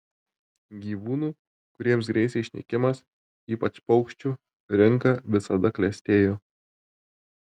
gyvūnų kuriems grėsė išnykimas ypač paukščių rinka visada klestėjo